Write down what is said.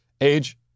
age